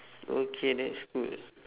okay that's cool